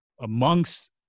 amongst